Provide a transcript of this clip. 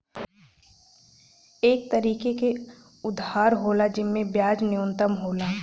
एक तरीके के उधार होला जिम्मे ब्याज न्यूनतम होला